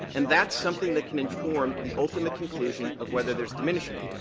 and that's something that can inform the ultimate conclusion of whether there's diminishment.